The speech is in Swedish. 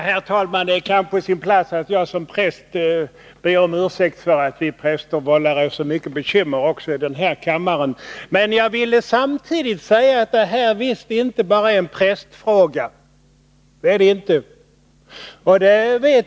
Herr talman! Det är kanske på sin plats att jag som präst ber om ursäkt för att vi präster vållar så mycket bekymmer i den här kammaren. Men jag vill samtidigt säga att detta visst inte bara är en prästfråga.